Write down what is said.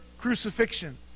crucifixion